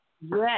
Yes